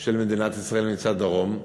של מדינת ישראל מצד דרום,